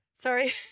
Sorry